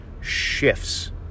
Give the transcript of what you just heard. shifts